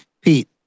pete